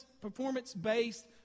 performance-based